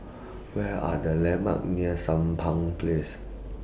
Where Are The landmarks near Sampan Place